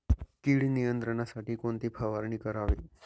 कीड नियंत्रणासाठी कोणती फवारणी करावी?